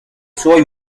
suoi